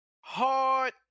Hard